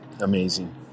amazing